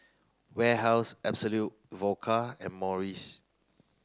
Warehouse Absolut Vodka and Morries